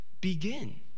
begin